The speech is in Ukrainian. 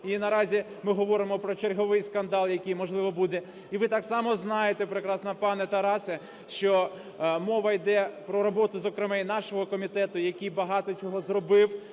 І наразі ми говоримо про черговий скандал, який, можливо, буде. І ви так само знаєте прекрасно, пане Тарасе, що мова йде про роботу, зокрема, й нашого комітету, який багато чого зробив